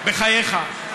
בחייך.